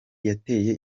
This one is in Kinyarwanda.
yateye